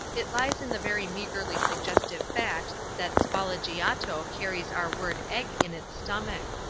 it lies in the very meagerly suggestive fact that spalleggiato carries our word egg in its stomach.